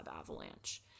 avalanche